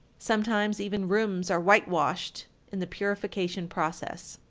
sometimes even rooms are whitewashed in the purification process.